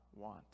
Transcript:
want